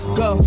go